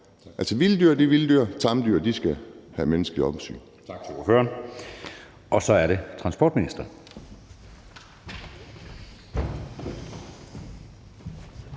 Altså, vilde dyr er vilde dyr. Tamdyr skal have menneskeligt opsyn.